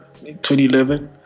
2011